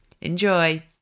Enjoy